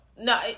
No